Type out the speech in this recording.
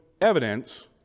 evidence